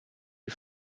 you